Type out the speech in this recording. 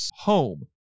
home